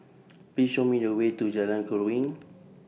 Please Show Me The Way to Jalan Keruing